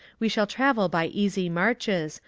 we shall travel by easy marches,